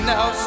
Now